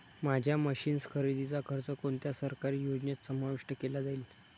माझ्या मशीन्स खरेदीचा खर्च कोणत्या सरकारी योजनेत समाविष्ट केला जाईल?